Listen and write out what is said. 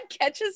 catches